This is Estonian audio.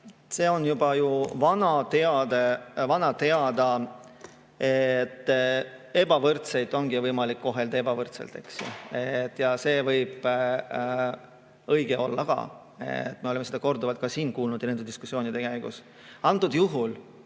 See on ju vana tõde, et ebavõrdseid ongi võimalik kohelda ebavõrdselt. Ja see võib õige olla ka. Me oleme seda korduvalt ka siin nende diskussioonide käigus kuulnud.